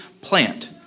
plant